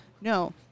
No